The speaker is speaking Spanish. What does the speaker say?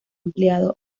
ampliado